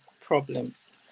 problems